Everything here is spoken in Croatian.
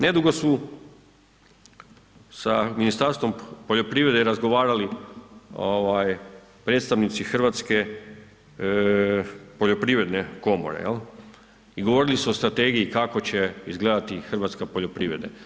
Nedugo su sa Ministarstvom poljoprivrede razgovarali ovaj predstavnici Hrvatske poljoprivredne komore i govorili su o strategiji kako će izgledati hrvatska poljoprivreda.